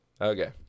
Okay